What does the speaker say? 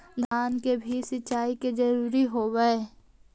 धान मे भी सिंचाई के जरूरत होब्हय?